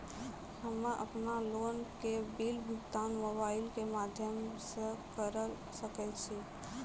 हम्मे अपन लोन के बिल भुगतान मोबाइल के माध्यम से करऽ सके छी?